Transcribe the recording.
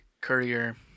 courier